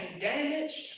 damaged